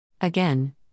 Again